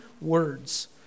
words